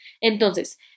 Entonces